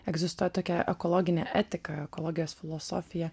egzistuoja tokia ekologinė etika ekologijos filosofija